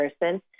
person